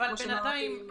כמו שאמרתי,